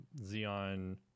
Xeon